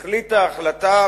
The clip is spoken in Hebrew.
החליטה החלטה,